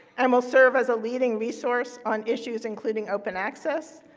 and will serve as a leader resource on issues including open access,